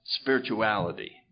spirituality